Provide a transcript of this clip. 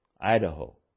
Idaho